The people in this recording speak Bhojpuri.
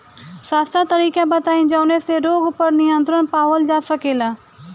सस्ता तरीका बताई जवने से रोग पर नियंत्रण पावल जा सकेला?